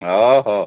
ଅ ହ